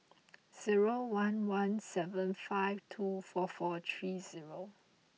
zero one one seven five two four four three zero